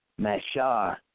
Mashar